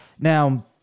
Now